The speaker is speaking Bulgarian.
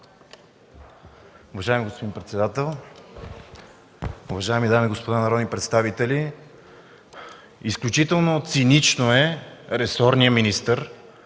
Уважаеми господин председател, уважаеми дами и господа народни представители! Изключително цинично е ресорният министър,